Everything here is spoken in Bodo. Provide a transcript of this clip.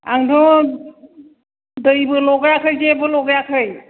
आंथ' दैबो लगायाखै जेबो लगायाखै